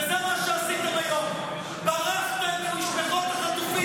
וזה מה שעשיתם היום, ברחתם ממשפחות החטופים.